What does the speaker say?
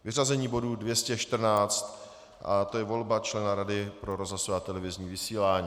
Tedy vyřazení bodu 214, je to volba člena Rady pro rozhlasové a televizní vysílání.